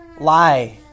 lie